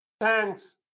Thanks